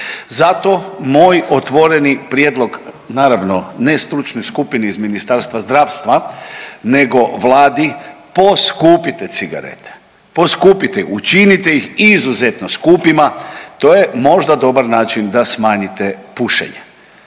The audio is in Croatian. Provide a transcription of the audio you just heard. Zato moj otvoreni prijedlog, naravno ne stručnoj skupini iz Ministarstva zdravstva, nego Vladi, poskupite cigarete, poskupite, učinite ih izuzetno skupima, to je možda dobar način da smanjite pušenje.